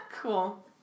Cool